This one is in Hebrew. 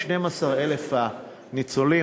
12,000 הניצולים,